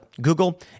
Google